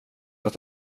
att